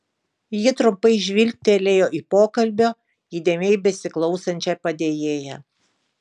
ji trumpai žvilgtelėjo į pokalbio įdėmiai besiklausančią padėjėją